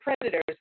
predators